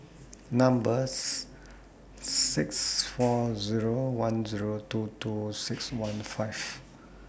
numbers six four Zero one Zero two two six one five